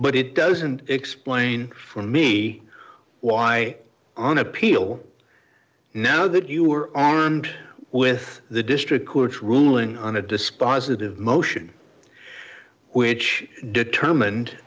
but it doesn't explain for me why on appeal now that you were with the district court's ruling on a dispositive motion which determined